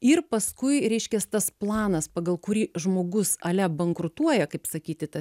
ir paskui reiškias tas planas pagal kurį žmogus ale bankrutuoja kaip sakyti ta